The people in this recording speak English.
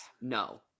No